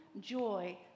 joy